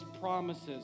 promises